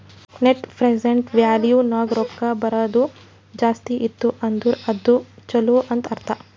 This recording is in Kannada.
ನೆಟ್ ಪ್ರೆಸೆಂಟ್ ವ್ಯಾಲೂ ನಾಗ್ ರೊಕ್ಕಾ ಬರದು ಜಾಸ್ತಿ ಇತ್ತು ಅಂದುರ್ ಅದು ಛಲೋ ಅಂತ್ ಅರ್ಥ